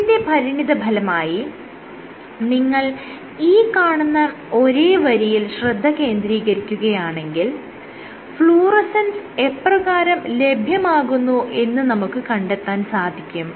ഇതിന്റെ പരിണിതഫലമായി നിങ്ങൾ ഈ കാണുന്ന ഒരേ വരിയിൽ ശ്രദ്ധ കേന്ദ്രീകരിക്കുകയാണെങ്കിൽ ഫ്ലൂറസെൻസ് എപ്രകാരം ലഭ്യമാകുന്നു എന്ന് നമുക്ക് കണ്ടെത്താൻ സാധിക്കും